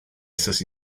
estas